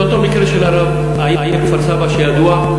זה אותו מקרה של רב העיר כפר-סבא שידוע,